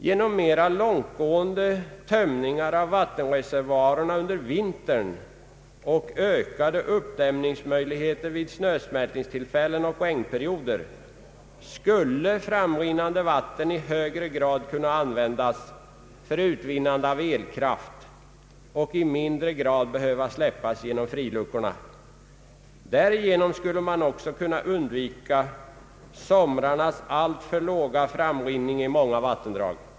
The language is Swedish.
Genom mera långtgående tömningar av vattenreservoarerna under vintern och ökade uppdämningsmöjligheter vid snösmältningstillfällen och regnperioder skulle framrinnande vatten i högre grad kunna användas för utvinnande av elkraft och i mindre grad behöva släppas genom friluckorna. Därigenom skulle vi också kunna undvika somrarnas alltför låga framrinning i många vattendrag.